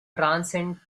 transcend